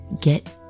get